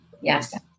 yes